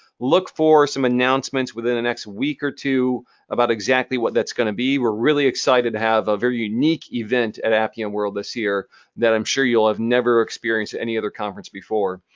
look for some announcements within the next week or two about exactly what that's gonna be. we're really excited to have a very unique event at appian world this year that i'm sure you'll have never experienced at any other conference before.